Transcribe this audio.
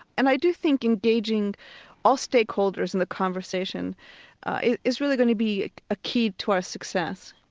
and i do think engaging all stakeholders in the conversation is really going to be a key to our success.